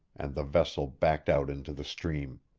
and the vessel backed out into the stream.